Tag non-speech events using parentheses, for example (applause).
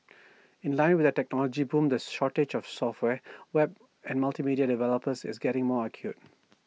(noise) in line with the technology boom the shortage of software web and multimedia developers is getting more acute